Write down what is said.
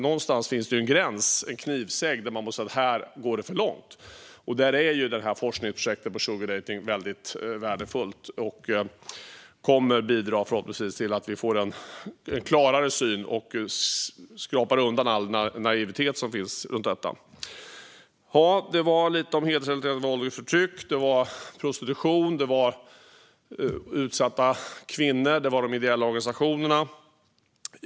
Någonstans finns det dock en gräns, en knivsegg, där man måste säga att här går det för långt. Där är projektet om sugardejting väldigt värdefullt. Det kommer förhoppningsvis att bidra till att vi får en klarare syn och skrapa undan all naivitet som finns runt detta. Detta var lite om hedersrelaterat våld och förtryck, prostitution, utsatta kvinnor och de ideella organisationerna.